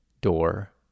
door